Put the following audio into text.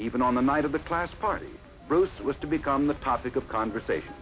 even on the night of the class party roast was to become the topic of conversation